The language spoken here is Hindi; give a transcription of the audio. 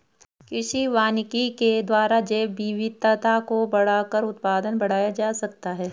कृषि वानिकी के द्वारा जैवविविधता को बढ़ाकर उत्पादन बढ़ाया जा सकता है